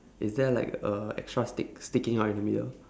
is there like a extra stick sticking out in the middle